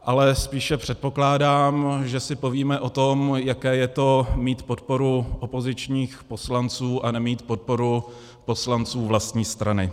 Ale spíše předpokládám, že si povíme o tom, jaké je to mít podporu opozičních poslanců a nemít podporu poslanců vlastní strany.